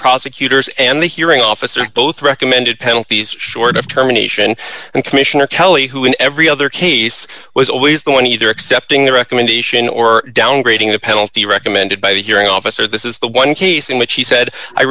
prosecutors and the hearing officer both recommended penalties short of terminations and commissioner kelly who in every other case was always going either accepting the recommendation or downgrading a penalty recommended by the hearing officer this is the one case in which he said i